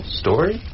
story